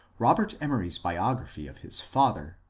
robert emory's biography of his father,